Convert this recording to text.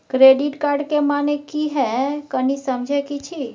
Credit card के माने की हैं, कनी समझे कि छि?